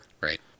Right